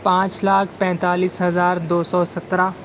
پانچ لاکھ پینتالیس ہزار دو سو سترہ